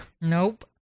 Nope